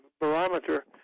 barometer